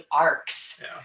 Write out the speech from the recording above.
arcs